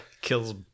Kills